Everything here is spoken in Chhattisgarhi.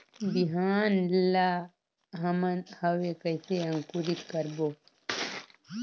बिहान ला हमन हवे कइसे अंकुरित करबो?